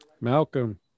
Malcolm